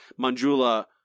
Manjula